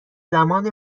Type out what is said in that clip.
زمان